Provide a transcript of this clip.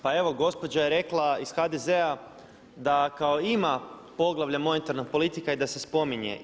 Pa evo gospođa je rekla iz HDZ-a da kao ima poglavlje monetarna politika i da se spominje.